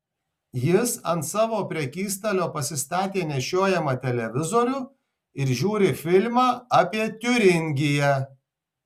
jis ant savo prekystalio pasistatė nešiojamą televizorių ir žiūri filmą apie tiuringiją